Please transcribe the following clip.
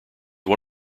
one